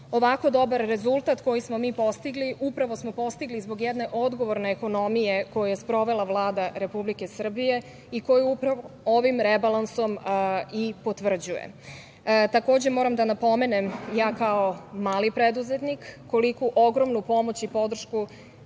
Ovako dobar rezultat koji smo mi postigli upravo smo postigli zbog jedne odgovorne ekonomije koje je sprovela Vlada Republike Srbije i koje upravo ovim rebalansom i potvrđuje. Takođe, moram da napomenem da ja kao mali preduzetnik sam imala ogromnu pomoć i podršku